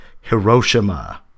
Hiroshima